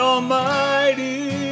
Almighty